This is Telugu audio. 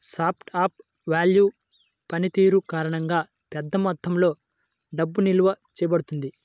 స్టోర్ ఆఫ్ వాల్వ్ పనితీరు కారణంగా, పెద్ద మొత్తంలో డబ్బు నిల్వ చేయబడుతుంది